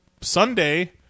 Sunday